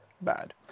bad